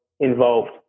Involved